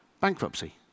Bankruptcy